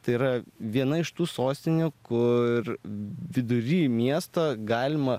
tai yra viena iš tų sostinių kur vidury miesto galima